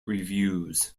reviews